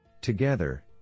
Together